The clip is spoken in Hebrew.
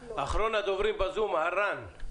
אחרון הדוברים ב-זום, הרן.